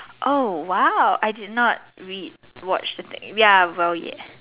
oh !wow! I did not rewatch the thing ya well ya